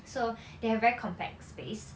so they have very compact space